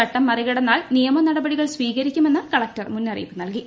ചട്ടം മറികടന്നാൽ നിയമ നടപടികൾ സ്വീകരിക്കുമെന്ന് കളക്ടർ മുന്നറിയിപ്പ് നൽകി